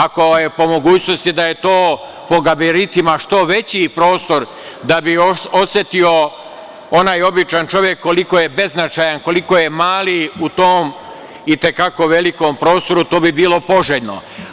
Ako je po mogućnosti da je to po gabaritima što veći prostor da bi osetio onaj običan čovek koliko je beznačajan, koliko je mali u tom i te kako velikom prostoru, to bi bilo poželjno.